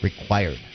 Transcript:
required